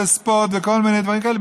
לספורט ולכל מיני דברים כאלה.